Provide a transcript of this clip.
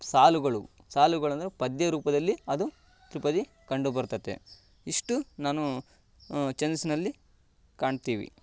ಸಾಲುಗಳು ಸಾಲುಗಳಂದರೆ ಪದ್ಯ ರೂಪದಲ್ಲಿ ಅದು ತ್ರಿಪದಿ ಕಂಡು ಬರ್ತದೆ ಇಷ್ಟು ನಾನು ಛಂದಸ್ಸಿನಲ್ಲಿ ಕಾಣ್ತೀವಿ